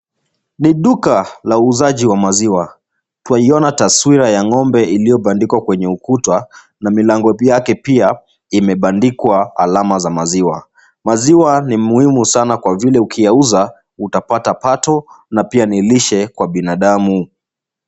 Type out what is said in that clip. Ni duka la uuzaji wa maziwa. Twaiona taswira ya ng'ombe iliyobandikwa kwenye ukuta na milango vyake pia imebandikwa alama za maziwa. Maziwa ni muhimu sana kwa vile ukiyauza utapata pato na pia ni lishe kwa binadamu.